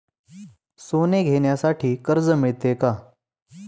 सोने घेण्यासाठी कर्ज मिळते का?